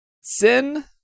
Sin